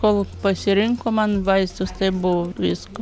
kol pasirinko man vaistus taip buvo visko